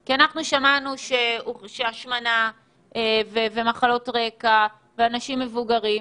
כי אנחנו שמענו שהשמנה ומחלות רקע ואנשים מבוגרים,